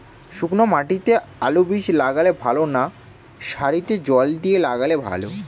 শুক্নো মাটিতে আলুবীজ লাগালে ভালো না সারিতে জল দিয়ে লাগালে ভালো?